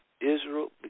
Israel